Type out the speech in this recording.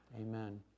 Amen